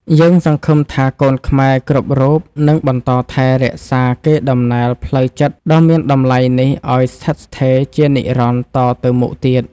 យើងសង្ឃឹមថាកូនខ្មែរគ្រប់រូបនឹងបន្តថែរក្សាកេរដំណែលផ្លូវចិត្តដ៏មានតម្លៃនេះឱ្យស្ថិតស្ថេរជានិរន្តរ៍តទៅមុខទៀត។